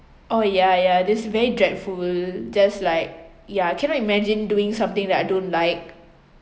oh ya ya this very dreadful just like ya cannot imagine doing something that I don't like